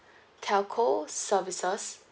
TELCO services